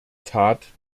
tat